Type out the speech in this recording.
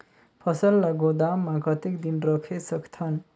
फसल ला गोदाम मां कतेक दिन रखे सकथन?